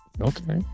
Okay